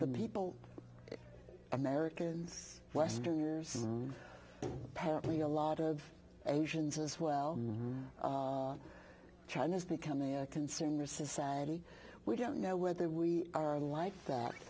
the people americans westerners apparently a lot of asians as well china's becoming a consumer society we don't know whether we are like that